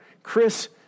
Chris